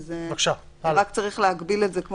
רק צריך להגביל את זה בתיקון הבא,